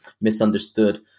misunderstood